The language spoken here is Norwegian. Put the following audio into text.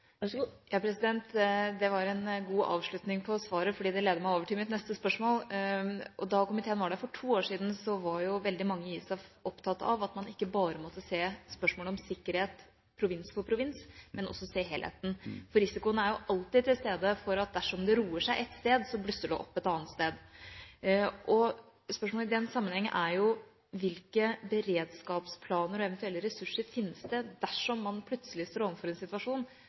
Det var en god avslutning på svaret, fordi det leder meg over til mitt neste spørsmål. Da komiteen var der for to år siden, var veldig mange i ISAF opptatt av at man ikke bare måtte se spørsmålet om sikkerhet provins for provins, men også se helheten. For risikoen er jo alltid til stede for at dersom det roer seg ett sted, blusser det opp et annet sted. Spørsmålet i den sammenheng er: Hvilke beredskapsplaner og eventuelle ressurser finnes det dersom man plutselig står overfor en situasjon